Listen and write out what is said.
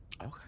Okay